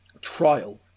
trial